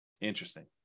Interesting